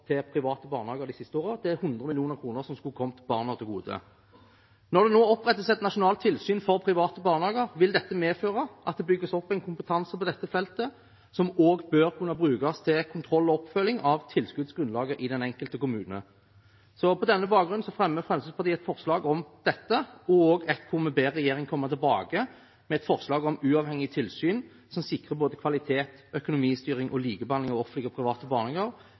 til private barnehager de siste årene. Det er 100 mill. kr som skulle ha kommet barna til gode. Når det nå opprettes et nasjonalt tilsyn for private barnehager, vil det medføre at det bygges opp en kompetanse på dette feltet som også bør kunne brukes til kontroll og oppfølging av tilskuddsgrunnlaget i den enkelte kommune. På den bakgrunn fremmer Fremskrittspartiet et forslag om dette, og også et forslag der vi ber regjeringen komme tilbake med et forslag om uavhengig tilsyn som sikrer både kvalitet, økonomistyring og likebehandling av offentlige og private